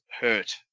hurt